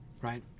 Right